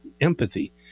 Empathy